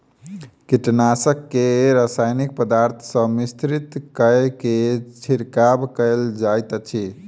कीटनाशक के रासायनिक पदार्थ सॅ मिश्रित कय के छिड़काव कयल जाइत अछि